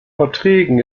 verträgen